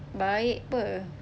baik [pe]